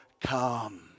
come